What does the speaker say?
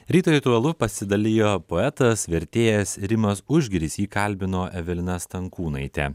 ryto ritualu pasidalijo poetas vertėjas rimas užgiris jį kalbino evelina stankūnaite